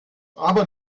aber